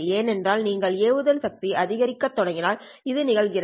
ஏனென்றால் நீங்கள் ஏவுதல் சக்தி அதிகரிக்கத் தொடங்குவதால் இது நிகழ்கிறது